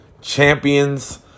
champions